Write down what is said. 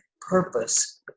purpose